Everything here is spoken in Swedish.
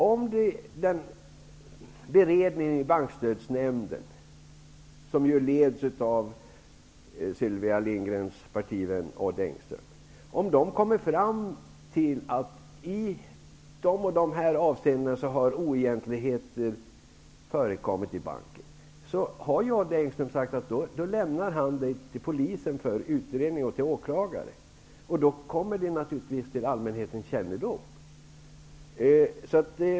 Om beredningen i Bankstödsnämnden, som ju leds av Sylvia Lindgrens partikamrat Odd Engström, kommer fram till att det har förekommit oegentligheter i något avseende i någon av bankerna, lämnas ärendet till polis och åklagare för utredning. Då kommer det hela naturligtvis till allmänhetens kännedom.